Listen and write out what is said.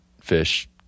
fish